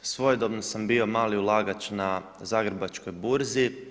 Svojedobno sam bio mali ulagač na zagrebačkoj burzi.